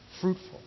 fruitful